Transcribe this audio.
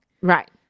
Right